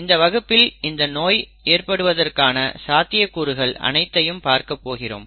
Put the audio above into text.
இந்த வகுப்பில் இந்த நோய் ஏற்படுவதற்கான சாத்தியக்கூறுகள் அனைத்தையும் பார்க்க போகிறோம்